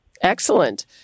Excellent